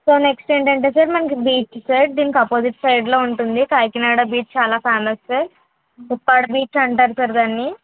so next ఏంటంటే sir మనకు beach sir దీనికి అపోజిట్ సైడ్ లో ఉంటుంది కాకినాడ బీచ్ చాలా ఫేమస్ సార్ ఉప్పాడ బీచ్ అంటారు సార్ దాన్ని